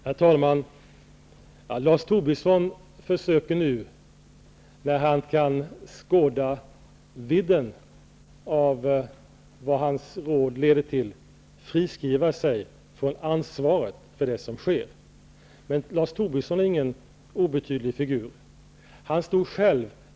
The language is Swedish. Herr talman! Lars Tobisson försöker nu när han kan skåda vidden av vad hans råd leder till, friskriva sig från ansvaret för det som sker. Men Lars Tobisson är ingen obetydlig figur.